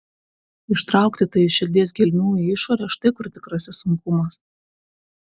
ištraukti tai iš širdies gelmių į išorę štai kur tikrasis sunkumas